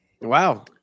wow